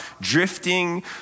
drifting